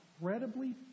incredibly